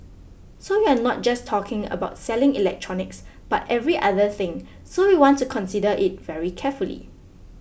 so you're not just talking about selling electronics but every other thing so we want to consider it very carefully